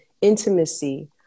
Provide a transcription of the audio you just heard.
intimacy